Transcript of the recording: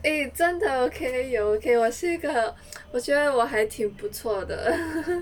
eh 真的 okay 有 okay 我是个我觉得我还挺不错的